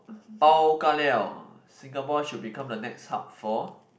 pao-ka-liao Singapore should become the next hub for